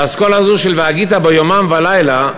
באסכולה הזו של והגית בו יומם ולילה,